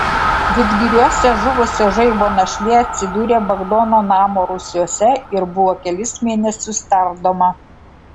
vidgiriuose žuvusio žaibo našlė atsidūrė bagdono namo rūsiuose ir buvo kelis mėnesius tardoma